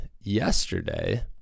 yesterday